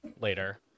later